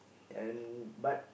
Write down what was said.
and but